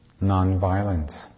Non-violence